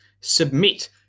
Submit